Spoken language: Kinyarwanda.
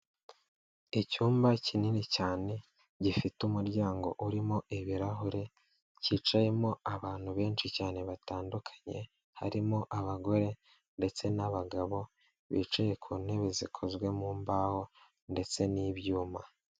Icyumba kinini cyane gifite umuryango urimo ibirahure cyicayemo abantu benshi cyane batandukanye harimo abagore ndetse n'abagabo bicaye ku ntebe zikozwe mu mbaho ndetse n'ibyuma.